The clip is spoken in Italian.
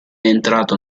entrato